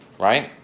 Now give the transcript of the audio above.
right